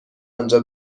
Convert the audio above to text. آنجا